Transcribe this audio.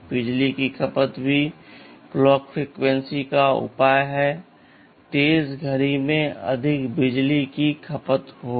बिजली की खपत भी क्लॉक फ्रीक्वेंसी का एक उपाय है तेज घड़ी से अधिक बिजली की खपत होगी